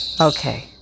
Okay